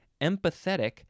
empathetic